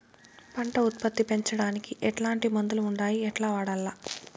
పంట ఉత్పత్తి పెంచడానికి ఎట్లాంటి మందులు ఉండాయి ఎట్లా వాడల్ల?